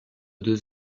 deux